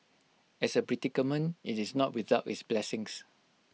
as A predicament IT is not without its blessings